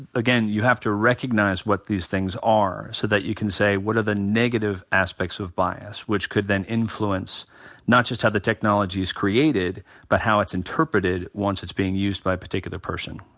again, you have to recognize what these things are so that you can say what are the negative aspects of bias? which could then influence not just how the technology is created but how it's interpreted once it's being used by a particular person.